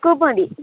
soup മതി